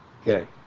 Okay